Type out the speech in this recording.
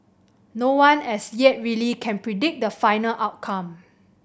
no one as yet really can predict the final outcome